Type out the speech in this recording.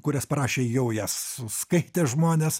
kurias parašė jau jas skaitę žmonės